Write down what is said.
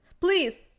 Please